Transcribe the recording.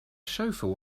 chauffeur